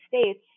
States